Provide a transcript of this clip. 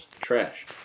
Trash